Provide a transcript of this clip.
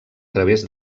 través